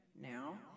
now